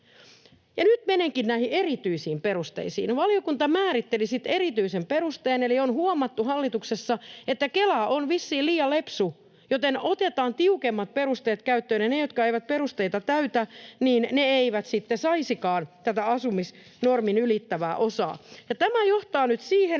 nyt menenkin näihin erityisiin perusteisiin. Valiokunta määritteli sitten erityisen perusteen — eli on huomattu hallituksessa, että Kela on vissiin liian lepsu, joten otetaan tiukemmat perusteet käyttöön, ja ne, jotka eivät perusteita täytä, eivät sitten saisikaan tätä asumisnormin ylittävää osaa. Tämä johtaa nyt siihen,